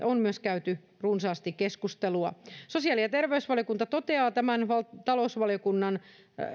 on myös käyty runsaasti keskustelua sosiaali ja terveysvaliokunta toteaa tämän talousvaliokunnan